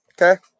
okay